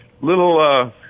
little